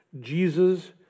Jesus